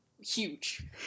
huge